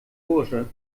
bursche